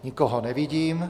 Nikoho nevidím.